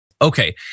Okay